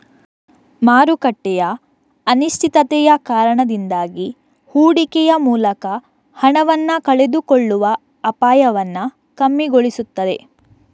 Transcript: ಮಾರುಕಟ್ಟೆಯ ಅನಿಶ್ಚಿತತೆಯ ಕಾರಣದಿಂದಾಗಿ ಹೂಡಿಕೆಯ ಮೂಲಕ ಹಣವನ್ನ ಕಳೆದುಕೊಳ್ಳುವ ಅಪಾಯವನ್ನ ಕಮ್ಮಿಗೊಳಿಸ್ತದೆ